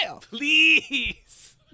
Please